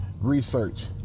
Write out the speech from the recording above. research